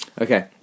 okay